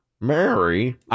Mary